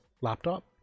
laptop